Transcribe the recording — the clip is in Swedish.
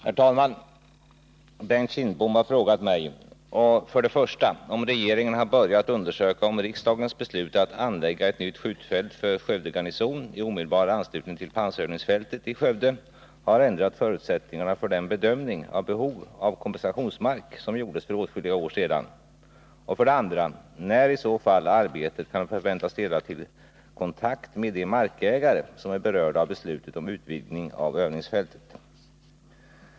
Herr talman! Bengt Kindbom har frågat mig, för det första om regeringen har börjat undersöka om riksdagens beslut att anlägga ett nytt skjutfält för Skövde garnison i omedelbar anslutning till pansarövningsfältet i Skövde har ändrat förutsättningarna för den bedömning av behov av kompensationsmark som gjordes för åtskilliga år sedan, och för det andra när i så fall arbetet kan förväntas leda till kontakt med de markägare som är berörda av beslutet om utvidgning av övningsfältet.